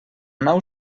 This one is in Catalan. nau